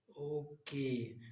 Okay